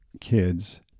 kids